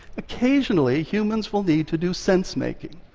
occasionally, humans will need to do sense-making.